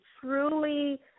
truly